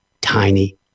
tiny